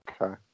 Okay